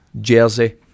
Jersey